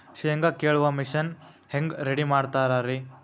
ಶೇಂಗಾ ಕೇಳುವ ಮಿಷನ್ ಹೆಂಗ್ ರೆಡಿ ಮಾಡತಾರ ರಿ?